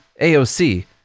AOC